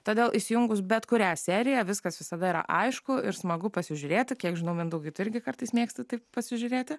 todėl įsijungus bet kurią seriją viskas visada yra aišku ir smagu pasižiūrėti kiek žinau mindaugai tu irgi kartais mėgsti ta pasižiūrėti